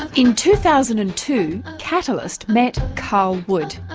in two thousand and two, catalyst met carl wood,